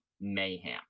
mayhem